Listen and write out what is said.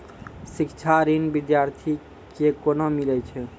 शिक्षा ऋण बिद्यार्थी के कोना मिलै छै?